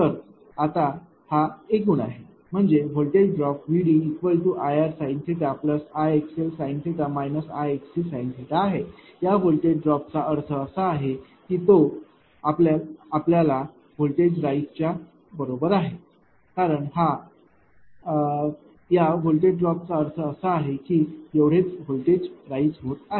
तर आता हा एकूण आहे म्हणजे voltage drop VDIr sin Ixl sin Ixc sin आहे या व्होल्टेज ड्रॉपचा अर्थ असा आहे की तो आपल्या व्होल्टेज राइज़ च्या बरोबर आहे कारण या ड्रॉपचा अर्थ असा आहे की एवढेच व्होल्टेज राइज़ होत आहे